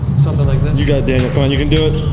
something like this? you got it daniel, come on you can do it.